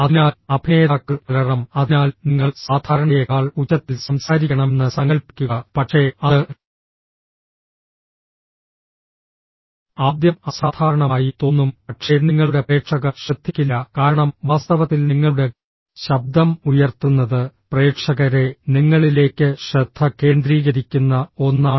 അതിനാൽ അഭിനേതാക്കൾ അലറണം അതിനാൽ നിങ്ങൾ സാധാരണയേക്കാൾ ഉച്ചത്തിൽ സംസാരിക്കണമെന്ന് സങ്കൽപ്പിക്കുക പക്ഷേ അത് ആദ്യം അസാധാരണമായി തോന്നും പക്ഷേ നിങ്ങളുടെ പ്രേക്ഷകർ ശ്രദ്ധിക്കില്ല കാരണം വാസ്തവത്തിൽ നിങ്ങളുടെ ശബ്ദം ഉയർത്തുന്നത് പ്രേക്ഷകരെ നിങ്ങളിലേക്ക് ശ്രദ്ധ കേന്ദ്രീകരിക്കുന്ന ഒന്നാണ്